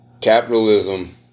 Capitalism